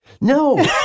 No